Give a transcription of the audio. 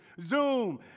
Zoom